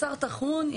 בשר טחון,